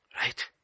Right